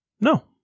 No